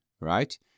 right